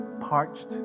parched